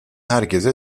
herkese